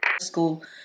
school